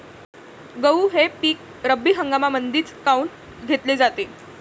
गहू हे पिक रब्बी हंगामामंदीच काऊन घेतले जाते?